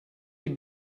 die